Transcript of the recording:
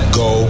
go